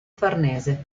farnese